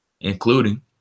including